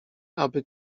aby